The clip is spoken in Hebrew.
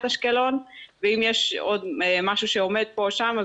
אשקלון ואם יש עוד משהו שעומד פה או שם,